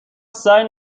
سعی